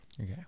Okay